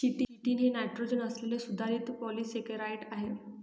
chitin हे nitrogen असलेले सुधारित पॉलिसेकेराइड आहे